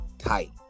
tight